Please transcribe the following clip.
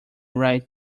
right